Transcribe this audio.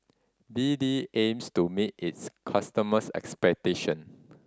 B D aims to meet its customers' expectation